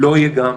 לא יהיה גם.